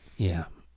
yeah.